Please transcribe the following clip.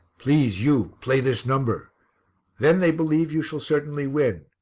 please you, play this number then they believe you shall certainly win.